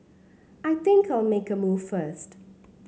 I think I'll make a move first